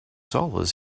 dollars